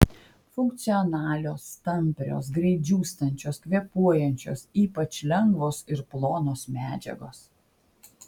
funkcionalios tamprios greit džiūstančios kvėpuojančios ypač lengvos ir plonos medžiagos